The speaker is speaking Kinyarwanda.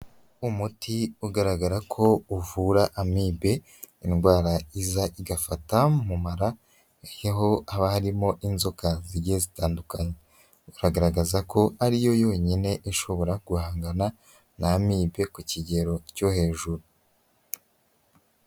Umuti ugaragara ko uvura amibe indwara iza igafata mu mara yaho haba harimo inzoka zigiye zitandukanye, biragaragaza ko ariyo yonyine ishobora guhangana na amibe ku kigero cyo hejuru.